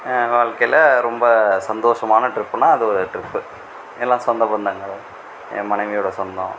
வாழ்க்கையில ரொம்ப சந்தோஷமான ட்ரிப்புனால் அது ட்ரிப்பு எல்லா சொந்த பந்தங்கள் என் மனைவியோடய சொந்தம்